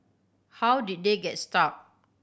how did they get stuck